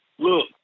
Look